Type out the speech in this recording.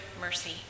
mercy